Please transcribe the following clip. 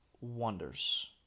wonders